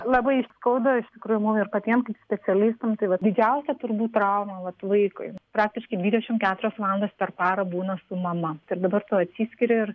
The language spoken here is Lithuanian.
labai skauda iš tikrųjų mum ir patiem specialistam tai va didžiausia turbūt trauma vat vaikui praktiškai dvidešimt keturias valandas per parą būna su mama ir dabar tu atsiskyri ir